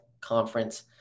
conference